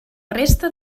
resta